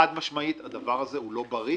חד משמעית הדבר הזה הוא לא בריא.